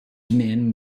żmien